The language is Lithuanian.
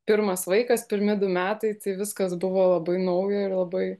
pirmas vaikas pirmi du metai tai viskas buvo labai nauja ir labai